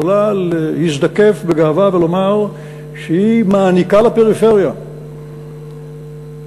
יכולה להזדקף בגאווה ולומר שהיא מעניקה לפריפריה איכות